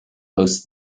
hosts